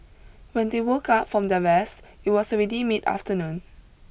when they woke up from their rest it was already mid afternoon